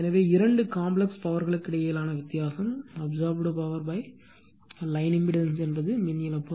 எனவே இரண்டு காம்பிளக்ஸ் பவர்களுக்கிடையிலான வித்தியாசம் அப்சார்ப்புடு பவர் லைன் இம்பெடன்ஸ் என்பது மின் இழப்பு